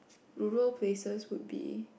rural places would be